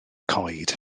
coed